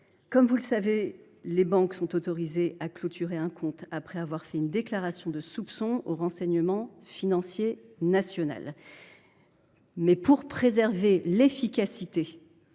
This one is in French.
Comme vous le savez, les banques sont autorisées à clôturer un compte après avoir adressé une déclaration de soupçon au renseignement financier national. Mais, pour préserver l’efficacité